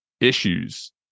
issues